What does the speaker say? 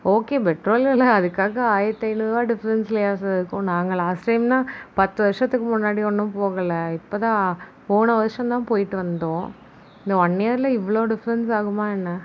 okay பெட்ரோலலாம் அதுக்காக ஆயிரத்து ஐநூறுவா டிஃப்ரெண்ட்ஸ்லையா சார் இருக்கும் நாங்கள் லாஸ்ட் டைம்ன்னா பத்து வருஷத்துக்கு முன்னாடி ஒன்றும் போகலை இப்போதான் போன வருஷோந்தான் வந்தோம் இந்த ஒன் இயரில் இவ்வளோ டிஃப்ரெண்ட்ஸ் ஆகுமா என்ன